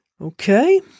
Okay